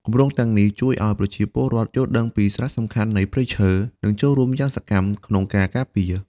គម្រោងទាំងនេះជួយឱ្យប្រជាពលរដ្ឋយល់ដឹងពីសារៈសំខាន់នៃព្រៃឈើ និងចូលរួមយ៉ាងសកម្មក្នុងការការពារ។